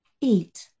eat